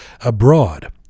Abroad